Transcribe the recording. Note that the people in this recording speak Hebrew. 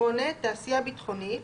(8)תעשייה ביטחונית,